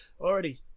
already